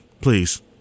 Please